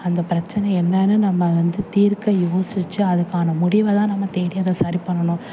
அந்த பிரச்சனை என்னென்னு நம்ம வந்து தீர்க்க யோசித்து அதுக்கான முடிவை தான் நம்ம தேடி அதை சரி பண்ணணும்